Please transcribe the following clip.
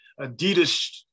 Adidas